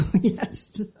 yes